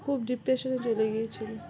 খুব ডিপ্রেশনে চলে গিয়েছিল